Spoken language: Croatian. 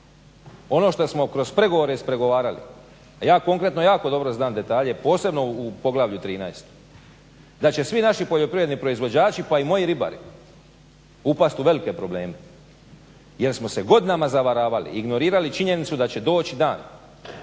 ono što smo kroz pregovore ispregovarali, a ja konkretno jako dobro znam detalje, posebno u poglavlju 13., da će svi naši poljoprivredni proizvođači pa i moji ribari upast u velike probleme jer smo se godinama zavaravali i ignorirali činjenicu da će doći dan